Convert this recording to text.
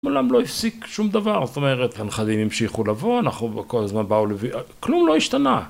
‫מעולם לא הפסיק שום דבר, ‫זאת אומרת, ‫הנכדים המשיכו לבוא, ‫אנחנו כל הזמן באו לבי... ‫כלום לא השתנה.